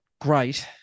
great